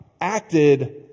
acted